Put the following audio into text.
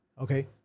okay